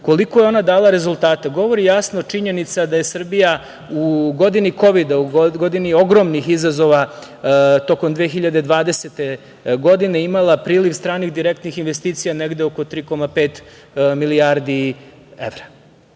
koliko je ona dala rezultate govori jasno činjenica da je Srbija u godini kovida, u godini ogromnih izazova tokom 2020. godine imala priliv stranih direktnih investicija negde oko 3,5 milijardi evra.